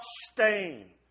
stain